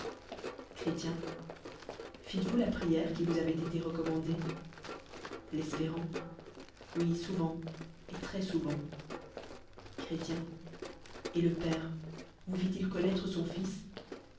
fites vous la pri re qui vous avoit été recommandée l'espér oui souvent et très-souvent chré et le père vous fit-il couinoitre son fils